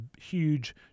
huge